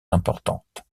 importantes